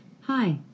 Hi